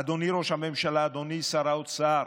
אדוני ראש הממשלה, אדוני שר האוצר,